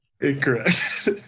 Incorrect